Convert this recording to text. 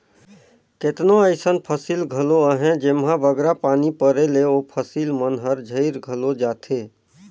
केतनो अइसन फसिल घलो अहें जेम्हां बगरा पानी परे ले ओ फसिल मन हर सइर घलो जाथे